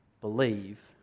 believe